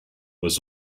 was